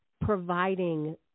providing